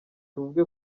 tuvuge